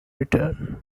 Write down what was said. return